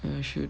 you should